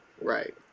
Right